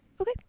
okay